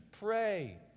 Pray